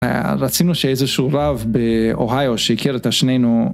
רצינו שאיזה שהוא רב באוהיו שהכיר את השנינו.